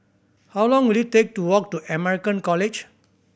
how long will it take to walk to American College